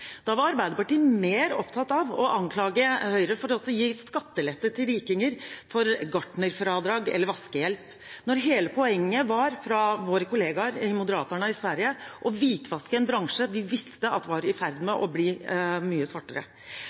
Da var Arbeiderpartiet mer opptatt av å anklage Høyre for å gi skattelette til rikinger for gartnerarbeid eller vaskehjelp, når hele poenget var – fra våre kollegaer i Moderaterna i Sverige – å hvitvaske en bransje vi visste var i ferd med å bli mye svartere.